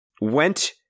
went